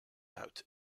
out